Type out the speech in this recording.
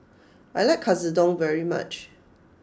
I like Katsudon very much